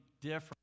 different